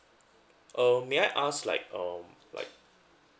uh may I ask like um like